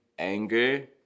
anger